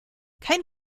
kein